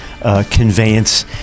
conveyance